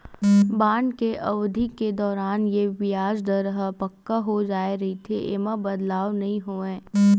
bond के अबधि के दौरान ये बियाज दर ह पक्का हो जाय रहिथे, ऐमा बदलाव नइ होवय